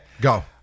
go